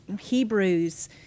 Hebrews